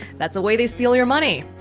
that's the way they steal your money